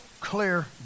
clear